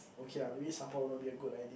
okay lah maybe Sapa will not be a good idea